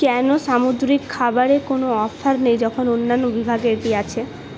কেন সামুদ্রিক খাবারে কোনও অফার নেই যখন অন্যান্য বিভাগে এটি আছে